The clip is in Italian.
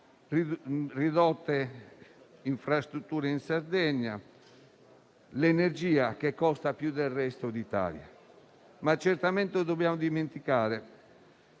ridotte infrastrutture in Sardegna e l'energia che costa più del resto d'Italia. Dobbiamo certamente dimenticare